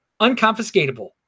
unconfiscatable